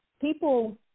people